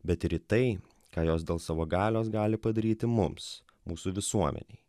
bet ir į tai ką jos dėl savo galios gali padaryti mums mūsų visuomenėje